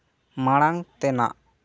ᱢᱟᱲᱟᱝ ᱛᱮᱱᱟᱜ